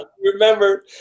Remember